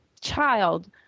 child